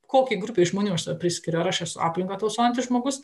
kokiai grupei žmonių aš save priskiriu ar aš esu aplinką tausojantis žmogus